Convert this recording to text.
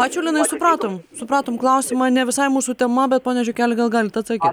ačiū linai supratom supratom klausimą ne visai mūsų tema bet pone žiukeli gal galit atsakyt